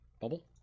bubble